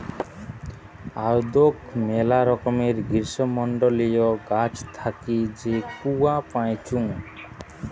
আদৌক মেলা রকমের গ্রীষ্মমন্ডলীয় গাছ থাকি যে কূয়া পাইচুঙ